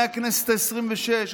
מהכנסת העשרים-ושש.